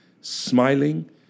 smiling